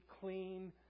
clean